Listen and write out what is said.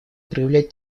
проявлять